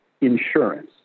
Insurance